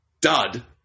dud